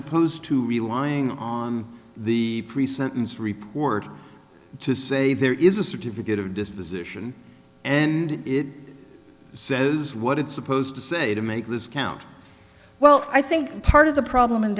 opposed to relying on the pre sentence report to say there is a certificate of disposition and it says what it's supposed to say to make this count well i think part of the problem and